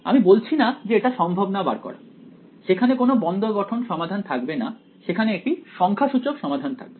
আমি বলছি না যে এটা সম্ভব না বার করা সেখানে কোনও বন্ধ গঠন সমাধান থাকবে না সেখানে একটি সংখ্যাসূচক সমাধান থাকবে